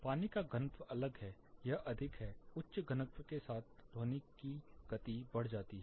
पानी का घनत्व अलग है यह अधिक है उच्च घनत्व के साथ ध्वनि की ध्वनि की गति बढ़ जाती है